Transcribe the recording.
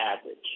average